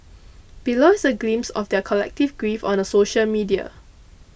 below is a glimpse of their collective grief on the social media